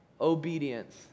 obedience